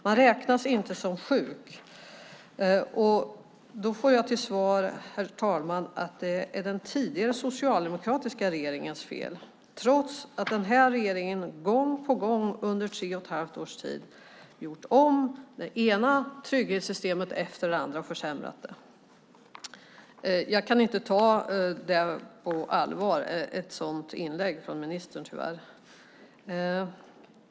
Man räknas inte som sjuk, och jag får till svar, herr talman, att det är den tidigare socialdemokratiska regeringens fel, trots att den här regeringen gång på gång under tre och ett halvt års tid har gjort om det ena trygghetssystemet efter det andra och försämrat det. Jag kan tyvärr inte ta ett sådant inlägg från ministern på allvar.